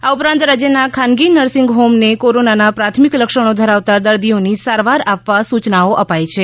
આ ઉપરાંત રાજયના ખાનગી નર્સીંગ હોમને કોરોનાના પ્રાથમિક લક્ષણો ધરાવતા દર્દીઓને સારવાર આપવા સૂચનાઓ અપાઈ છે